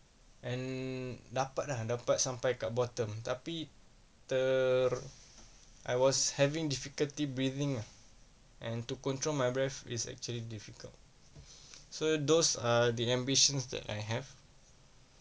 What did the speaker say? and dapat lah dapat sampai ke bottom tapi ter~ I was having difficulty breathing ah and to control my breath is actually difficult so those are the ambitions that I have